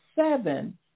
seven